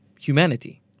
humanity